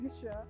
sure